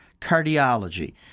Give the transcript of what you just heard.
cardiology